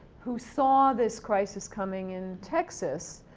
who saw this crises coming in texas